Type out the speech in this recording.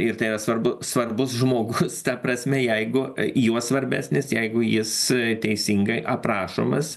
ir tai yra svarbu svarbus žmogus ta prasme jeigu juo svarbesnis jeigu jis teisingai aprašomas